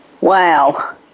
Wow